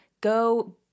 Go